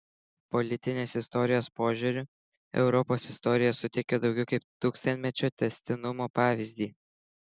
politinės istorijos požiūriu europos istorija suteikia daugiau kaip tūkstantmečio tęstinumo pavyzdį